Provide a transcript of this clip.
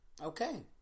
Okay